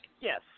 Yes